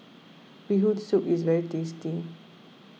Bee Hoon Soup is very tasty